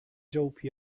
dope